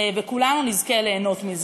וכולנו נזכה ליהנות מזה.